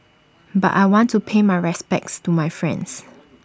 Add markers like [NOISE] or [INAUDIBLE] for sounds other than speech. [NOISE] but I want to pay my respects to my friends